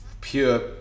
pure